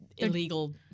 Illegal